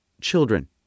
children